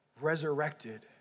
resurrected